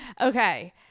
Okay